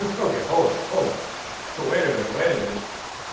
ah coca-cola over so wait a minute wait a minute